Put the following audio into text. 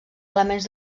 elements